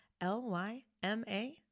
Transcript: L-Y-M-A